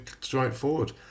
straightforward